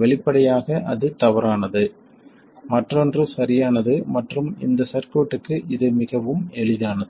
வெளிப்படையாக அது தவறானது மற்றொன்று சரியானது மற்றும் இந்த சர்க்யூட்க்கு இது மிகவும் எளிதானது